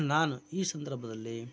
ನಾನು ಈ ಸಂದರ್ಭದಲ್ಲಿ